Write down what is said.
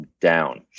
down